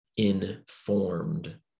Informed